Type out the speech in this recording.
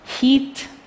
heat